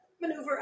maneuver